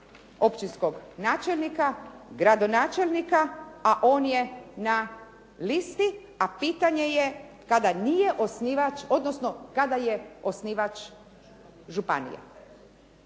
općinskog načelnika, gradonačelnika a on je na listi a pitanje je kada nije osnivač odnosno kada je osnivač županija.